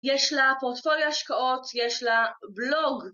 יש לה פורטפוליו השקעות, יש לה בלוג.